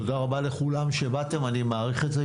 תודה רבה לכולם שבאתם, אני מעריך את זה.